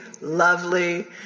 lovely